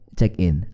Check-in